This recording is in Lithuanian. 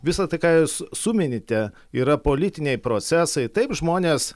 visa tai ką jūs suminite yra politiniai procesai taip žmonės